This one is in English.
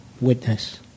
witness